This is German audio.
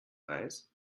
reis